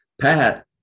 Pat